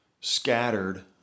scattered